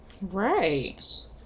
Right